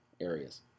areas